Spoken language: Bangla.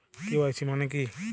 কে.ওয়াই.সি মানে কী?